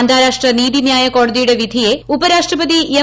അന്താരാഷ്ട്ര നീതി ന്യായ കോടതിയുടെ വിധിയെ ഉപരാഷ്ട്രപതി എം